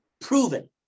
proven